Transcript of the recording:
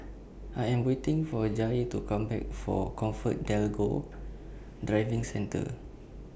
I Am waiting For Jair to Come Back For ComfortDelGro Driving Centre